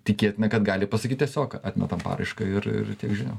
tikėtina kad gali pasakyt tiesiog atmetam paraišką ir ir tiek žinių